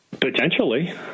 Potentially